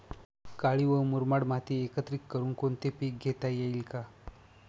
काळी व मुरमाड माती एकत्रित करुन कोणते पीक घेता येईल का?